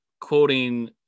quoting